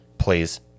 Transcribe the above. please